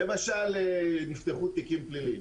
למשל, נפתחו תיקים פליליים.